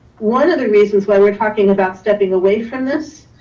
one of the reasons why we're talking about stepping away from this,